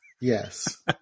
Yes